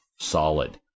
solid